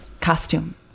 Costume